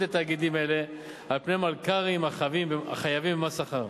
לתאגידים אלה על פני מלכ"רים החבים במס שכר.